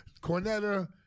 Cornetta